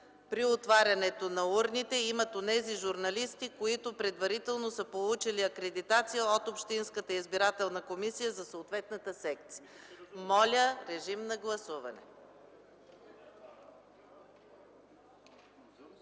при отварянето на урните имат онези журналисти, които предварително са получили акредитация от общинската избирателна комисия за съответната секция”. Гласували